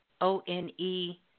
O-N-E